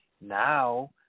Now